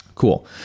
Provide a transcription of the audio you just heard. Cool